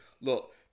look